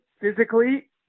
physically